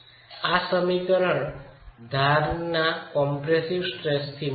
આ સમીકરણ ધારના સંકુચિત સ્ટ્રેસથી મળે છે